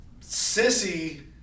sissy